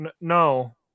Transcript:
no